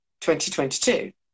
2022